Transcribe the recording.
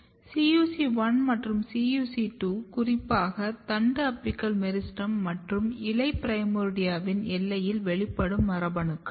CUC1 மற்றும் CUC2 குறிப்பாக தண்டு அபிக்கல் மெரிஸ்டெம் மற்றும் இலை பிரைமோர்டியாவின் எல்லையில் வெளிப்படும் மரபணுக்கள்